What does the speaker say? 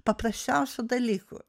paprasčiausių dalykų